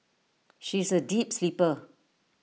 she is A deep sleeper